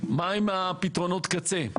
מהם פתרונות הקצה?